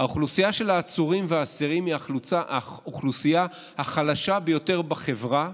האוכלוסייה של העצורים והאסירים היא האוכלוסייה החלשה ביותר בחברה,